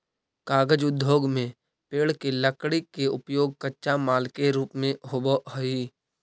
कागज उद्योग में पेड़ के लकड़ी के उपयोग कच्चा माल के रूप में होवऽ हई